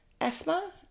asthma